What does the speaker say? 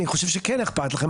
אני חושב שכאן אכפת לכם.